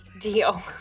Deal